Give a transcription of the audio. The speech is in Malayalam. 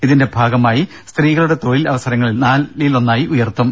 ഇതിന്റെ ഭാഗമായി സ്ത്രീകളുടെ തൊഴിൽ അവസരങ്ങൾ നാലിൽ ഒന്നായി ഉയർത്തും